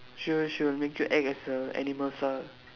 sure sure make you act as a animal ah